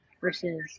versus